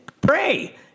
pray